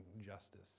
justice